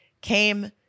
came